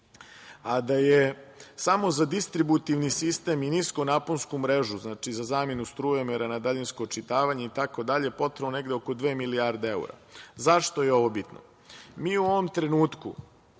a da je samo za distributivni sistem i niskonaposnku mrežu, znači, za zamenu strujomera na daljinsko očitavanje, i tako dalje, potrebno negde oko dve milijarde evra.Zašto je ovo bitno? Mi u ovom trenutku,